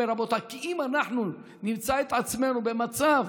הוא אומר: רבותיי, אם אנחנו נמצא את עצמנו במצב